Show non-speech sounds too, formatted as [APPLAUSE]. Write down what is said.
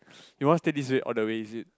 [BREATH] you know after this all the way is it